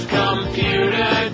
computer